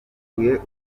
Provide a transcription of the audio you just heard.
urupfu